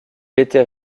était